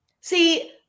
See